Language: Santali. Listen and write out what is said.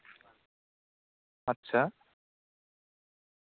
ᱟᱪᱪᱷᱟ